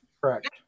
Correct